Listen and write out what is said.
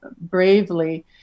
bravely